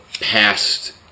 past